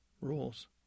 rules